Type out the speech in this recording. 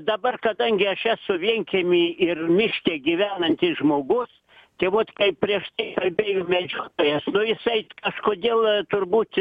dabar kadangi aš esu vienkiemy ir miške gyvenantis žmogus tai vot kaip prieš tai kalbėjo medžiotojas nu jisai kažkodėl turbūt